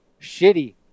shitty